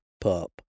pup